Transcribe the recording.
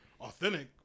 authentic